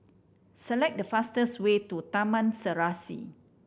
select the fastest way to Taman Serasi